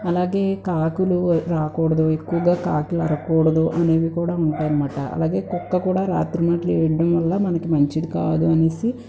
అలాగే కాకులు రాకూడదు ఎక్కువగా కాకులు అరవకూడదు అనేవి కూడా ఉంటాయనమాట అలాగే కుక్క కూడా రాత్రి పూట్ల ఏడడం వల్ల మనకి మంచిది కాదు అనేసి